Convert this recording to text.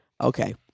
Okay